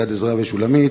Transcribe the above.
"יד עזרא ושולמית",